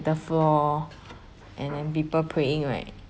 the floor and then people praying right